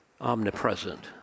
omnipresent